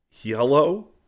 Yellow